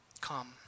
Come